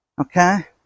okay